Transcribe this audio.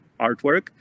artwork